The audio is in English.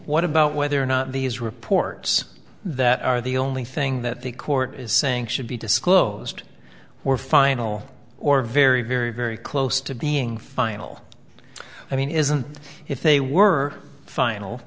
what about whether or not these reports that are the only thing that the court is saying should be disclosed were final or very very very close to being final i mean isn't if they were final